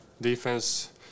Defense